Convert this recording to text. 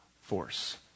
force